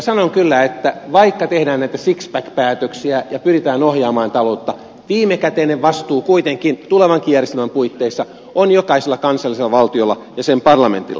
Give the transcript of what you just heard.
sanon kyllä että vaikka tehdään näitä sixpack päätöksiä ja pyritään ohjaamaan taloutta viimekäteinen vastuu kuitenkin tulevankin järjestelmän puitteissa on jokaisella kansallisella valtiolla ja sen parlamentilla